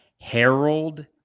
Harold